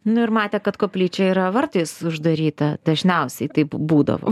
nu ir matė kad koplyčia yra vartais uždaryta dažniausiai taip būdavo